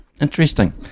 Interesting